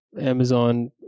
Amazon